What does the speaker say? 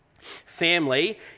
Family